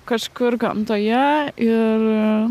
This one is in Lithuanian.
kažkur gamtoje ir